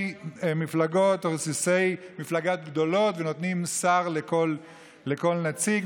מפלגות או רסיסי מפלגות גדולות ונותנים שר לכל נציג,